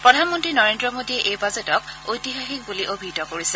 প্ৰধানমন্ত্ৰী নৰেন্দ্ৰ মোডীয়ে এই বাজেটক ঐতিহাসিক বুলি অভিহিত কৰিছে